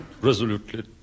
Resolutely